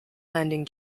landing